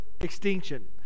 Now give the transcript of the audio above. extinction